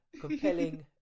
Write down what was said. Compelling